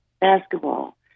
basketball